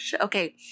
okay